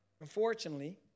unfortunately